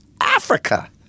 Africa